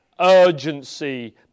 urgency